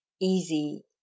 easy